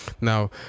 Now